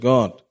God